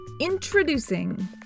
Introducing